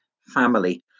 family